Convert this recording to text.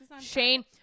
Shane